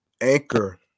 Anchor